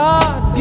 God